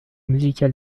musical